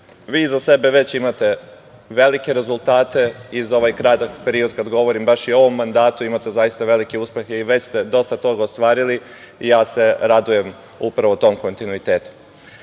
vi iza sebe već imate velike rezultate i za ovaj kratak period, kada govorim baš i ovom mandatu imate zaista velike uspehe i već ste dosta toga ostvarili, ja se radujem upravo tom kontinuitetu. Pre